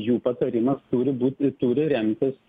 jų patarimas turi būti turi remtis